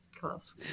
class